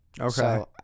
okay